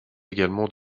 également